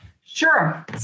Sure